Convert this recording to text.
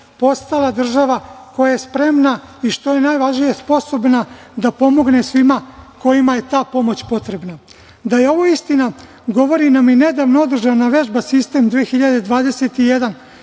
postala država koja je spremna i što je najvažnije, sposobna da pomogne svima kojima je ta pomoć potrebna. Da je ovo istina govori nam i nedavno održana vežba „Sistem 2021“